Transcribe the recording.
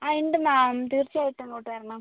ആ ഉണ്ട് മാം തീർച്ചയായിട്ടും ഇങ്ങോട്ട് വരണം